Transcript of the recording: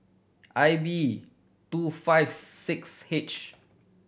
I B two five six H